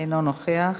אינו נוכח,